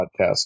podcast